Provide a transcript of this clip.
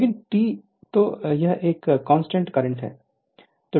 लेकिन T तो यह एक कांस्टेंट है